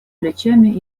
плечами